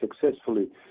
successfully